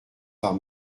par